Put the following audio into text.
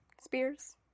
Spears